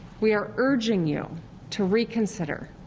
we are urging you to reconsider,